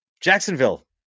Jacksonville